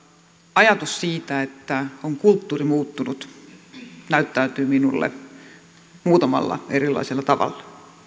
ajatus siitä että on kulttuuri muuttunut näyttäytyy minulle muutamalla erilaisella tavalla